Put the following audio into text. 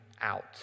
out